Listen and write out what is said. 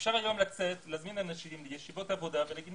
אפשר היום להזמין אנשים לישיבות עבודה, ולומר: